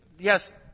Yes